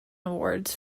awards